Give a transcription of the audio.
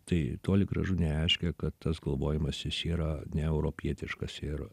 tai toli gražu nereiškia kad tas globojimas jis yra ne europietiškas ir